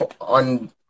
on